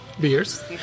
beers